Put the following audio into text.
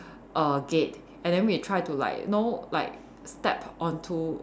err gate and then we try to like know like step onto